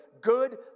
good